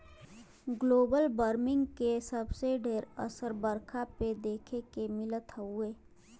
global warming के सबसे ढेर असर बरखा पे देखे के मिलत हउवे